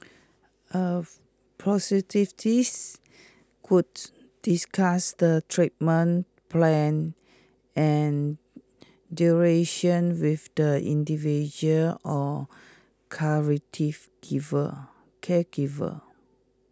A discuss the treatment plan and duration with the individual or caregiver